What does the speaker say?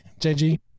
JG